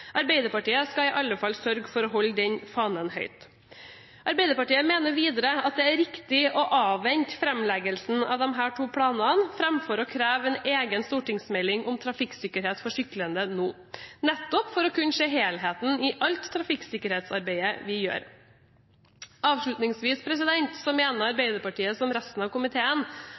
Arbeiderpartiet skal i alle fall sørge for å holde den fanen høyt. Arbeiderpartiet mener videre at det er riktig å avvente framleggelsen av disse to planene framfor å kreve en egen stortingsmelding om trafikksikkerhet for syklende nå, nettopp for å kunne se helheten i alt trafikksikkerhetsarbeidet vi gjør. Avslutningsvis mener Arbeiderpartiet, som resten av komiteen,